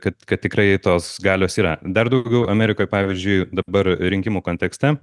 kad kad tikrai tos galios yra dar daugiau amerikoj pavyzdžiui dabar rinkimų kontekste